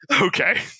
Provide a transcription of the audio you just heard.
Okay